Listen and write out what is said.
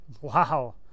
Wow